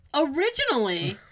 Originally